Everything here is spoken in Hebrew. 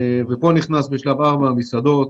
בשלב 4 נכנסים המסעדות,